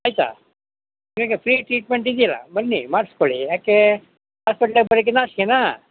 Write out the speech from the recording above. ಆಯಿತಾ ಈಗ free treatment ಇದೆಯಲ ಬನ್ನಿ ಮಾಡ್ಸಿಕೊ ಳಿ ಯಾಕೆ ಹಾಸ್ಪೆಟ್ಲಿಗೆ ಬರೋಕ್ಕೆ ನಾಚಿಕೆನ